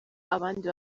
abandi